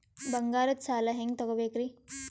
ಬಂಗಾರದ್ ಸಾಲ ಹೆಂಗ್ ತಗೊಬೇಕ್ರಿ?